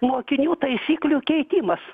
mokinių taisyklių keitimas